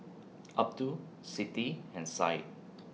Abdul Siti and Said